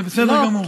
זה בסדר גמור.